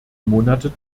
monate